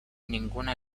ninguna